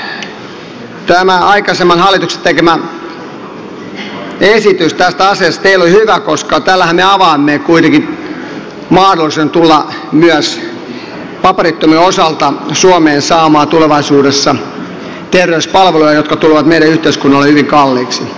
mielestäni aikaisemman hallituksen tekemä esitys tästä asiasta ei ole hyvä koska tällähän me avaamme kuitenkin mahdollisuuden myös paperittomien osalta tulla suomeen saamaan tulevaisuudessa terveyspalveluja jotka tulevat meidän yhteiskunnallemme hyvin kalliiksi